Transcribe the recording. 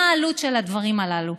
מה העלות של הדברים האלה.